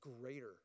greater